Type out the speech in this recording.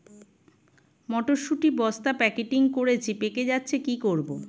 মটর শুটি বস্তা প্যাকেটিং করেছি পেকে যাচ্ছে কি করব?